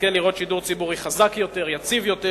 נזכה לראות שידור ציבורי חזק יותר, יציב יותר,